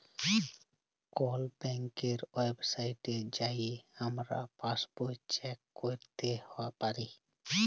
call ব্যাংকের ওয়েবসাইটে যাঁয়ে আমরা পাসবই চ্যাক ক্যইরতে পারি